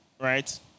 right